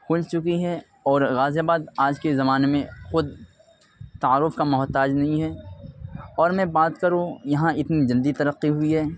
کھل چکی ہیں اور غازی آباد آج کے زمانے میں خود تعارف کا محتاج نہیں ہے اور میں بات کروں یہاں اتنی جلدی ترقی ہوئی ہے